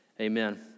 amen